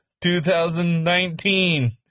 2019